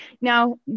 Now